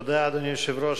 תודה, אדוני היושב-ראש.